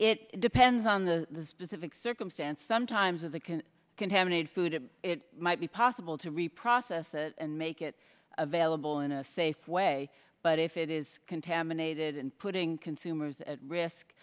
it depends on the specific circumstance sometimes of the can contaminate food it might be possible to reprocess it and make it available in a safe way but if it is contaminated and putting consumers at risk